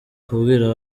kubwira